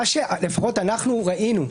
מה שלפחות אנחנו ראינו,